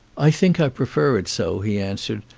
i think i prefer it so, he answered,